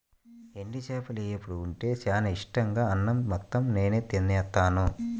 ఎండు చేపల వేపుడు ఉంటే చానా ఇట్టంగా అన్నం మొత్తం నేనే తినేత్తాను